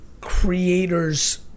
creators